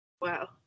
Wow